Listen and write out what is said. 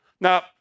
Now